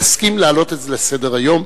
אסכים להעלות את זה לסדר-היום.